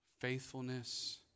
Faithfulness